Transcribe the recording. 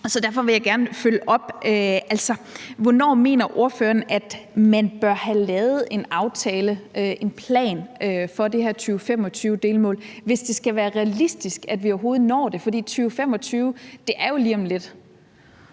derfor vil jeg gerne følge op: Hvornår mener ordføreren at man bør have lavet en aftale, en plan for det 2025-delmål, hvis det skal være realistisk, at vi overhovedet når det? For 2025 er jo lige om lidt.